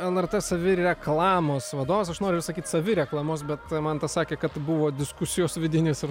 lrt savireklamos vadovas aš noriu vis sakyt savireklamos bet mantas sakė kad buvo diskusijos vidinės ir